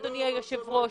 אדוני היושב ראש,